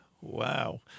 wow